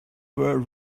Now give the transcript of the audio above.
were